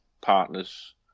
partner's